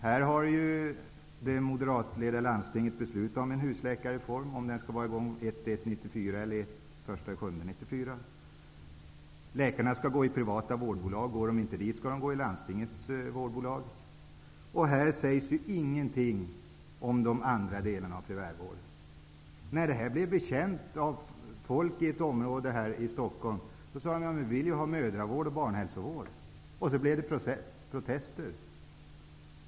Här har det moderatledda landstinget beslutat om en husläkarreform -- jag vet inte om den skall vara i gång den 1 januari 1994 eller den 1 Går de inte dit skall de gå till landstingets vårdbolag. Här sägs ingenting om de andra delarna av primärvården. När det här blev känt av människorna i ett område här i Stockholm protesterade de och sade: Men vi vill ju ha mödravård och barnhälsovård.